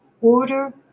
Order